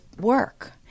work